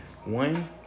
one